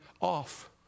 off